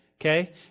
Okay